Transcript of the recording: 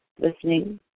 listening